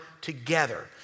together